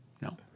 No